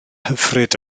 hyfryd